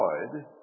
destroyed